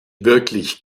wirklich